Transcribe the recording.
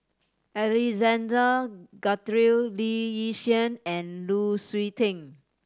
Alexander Guthrie Lee Yi Shyan and Lu Suitin